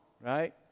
right